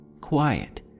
quiet